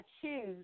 choose